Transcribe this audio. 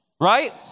right